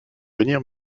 venir